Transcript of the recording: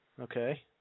okay